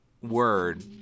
word